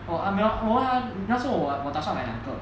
or um 没有我问他那时候我我打算买两个